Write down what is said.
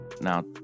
Now